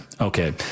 Okay